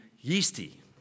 yeasty